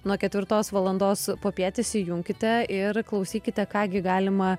nuo ketvirtos valandos popiet įsijunkite ir klausykite ką gi galima